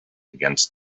against